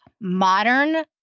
modern